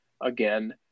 Again